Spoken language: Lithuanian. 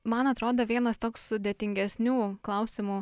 man atrodo vienas toks sudėtingesnių klausimų